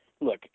Look